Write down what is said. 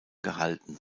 gehalten